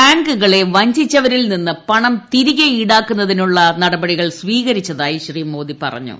ബാങ്കുകളെ വഞ്ചിച്ചവരിൽ നിന്ന് പണം തിരികെ ഈടാക്കുന്നതിനുള്ള നടപടികൾ സ്വീകരിച്ചതായി ശ്രീ മോദി പറഞ്ഞു